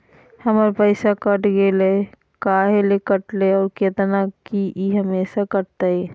हमर पैसा कट गेलै हैं, काहे ले काटले है और कितना, की ई हमेसा कटतय?